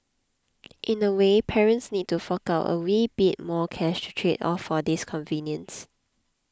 in a way parents need to fork out a wee bit more cash to trade off for this convenience